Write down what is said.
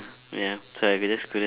ya so I could just couldn't